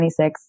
26